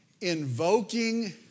invoking